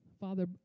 Father